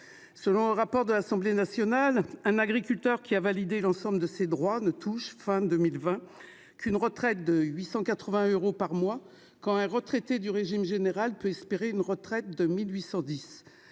Selon le rapport de l'Assemblée nationale, un agriculteur ayant validé l'ensemble de ses droits ne touchait, fin 2020, qu'une retraite de 880 euros par mois, quand un retraité du régime général bénéficiait d'une retraite de 1 810 euros.